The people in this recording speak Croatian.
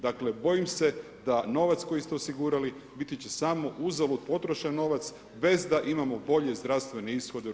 Dakle bojim se da novac koji ste osigurali, biti će samo uzalud potrošen novac, bez da imamo volje i zdravstvene ishode u RH.